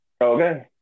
Okay